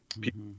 People